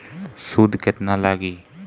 सूद केतना लागी?